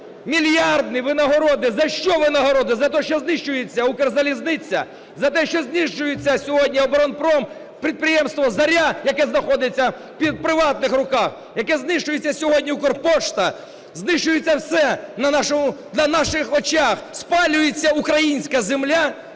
мільярдні винагороди. За що винагороди? За те, що знищується Укрзалізниця? За те, що знищується сьогодні оборонпром, підприємство "Зоря", яке знаходиться в приватних руках? Як знищується сьогодні Укрпошта, знищується все на наших очах, спалюється українська земля.